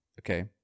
okay